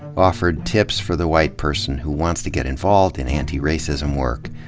offered tips for the white person who wants to get involved in antiracism work.